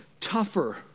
tougher